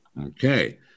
Okay